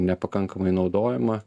nepakankamai naudojama